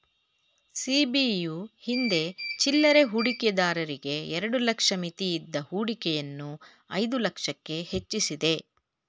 ಸಿ.ಬಿ.ಯು ಹಿಂದೆ ಚಿಲ್ಲರೆ ಹೂಡಿಕೆದಾರರಿಗೆ ಎರಡು ಲಕ್ಷ ಮಿತಿಯಿದ್ದ ಹೂಡಿಕೆಯನ್ನು ಐದು ಲಕ್ಷಕ್ಕೆ ಹೆಚ್ವಸಿದೆ